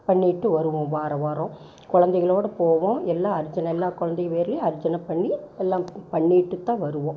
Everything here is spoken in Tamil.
பண்ணிவிட்டு வருவோம் வாரம் வாரம் குழந்தைங்களோட போவோம் எல்லா அர்ச்சனை எல்லாம் குழந்தைங்க பேர்லியும் அர்ச்சனை பண்ணி எல்லாம் பண்ணிவிட்டு தான் வருவோம்